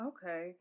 Okay